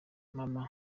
mama